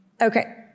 Okay